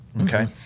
Okay